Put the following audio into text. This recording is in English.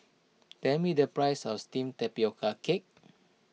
tell me the price of Steamed Tapioca Cake